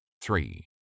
Three